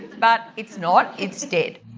but it's not, it's dead.